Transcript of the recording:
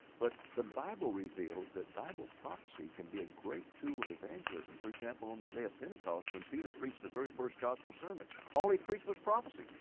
but the bible reveals that bible prophecy can be a great tool of evangelism. for example on the day of pentecost when peter preached the very first gospel sermon all he preached was prophecy.